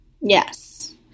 Yes